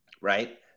right